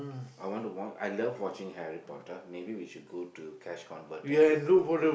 I want to want I love watching Harry-Potter maybe we should go to Cash-Converter and look full